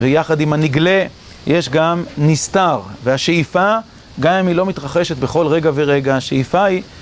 ויחד עם הנגלה, יש גם נסתר, והשאיפה, גם אם היא לא מתרחשת בכל רגע ורגע, השאיפה היא